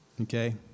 Okay